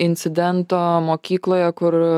incidento mokykloje kur